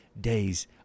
days